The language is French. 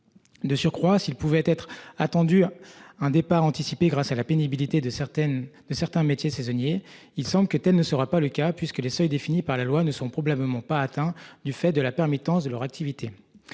De surcroît, s'il pouvait être attendu à un départ anticipé grâce à la pénibilité de certaines de certains métiers saisonniers, il semble que telle ne sera pas le cas puisque les seuils définis par la loi ne sont problème maman pas atteint, du fait de la permittence de leur activité.